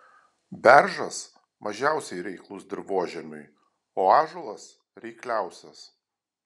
beržas mažiausiai reiklus dirvožemiui o ąžuolas reikliausias